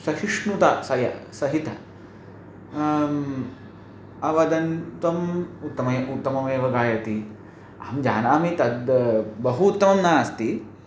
सहिष्णुतया सह सहितम् अवदन् त्वम् उत्तमम् उत्तममेव गायति अहं जानामि तद् बहु उत्तमं नास्ति